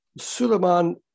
Suleiman